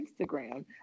Instagram